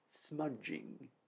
smudging